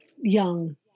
young